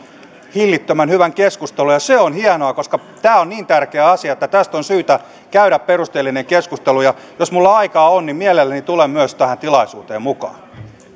hillittömän hyvän keskustelun ja se on hienoa koska tämä on niin tärkeä asia että tästä on syytä käydä perusteellinen keskustelu ja jos minulla aikaa on niin mielelläni tulen myös tähän tilaisuuteen mukaan